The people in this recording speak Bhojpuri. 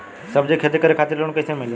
सब्जी के खेती करे खातिर लोन कइसे मिली?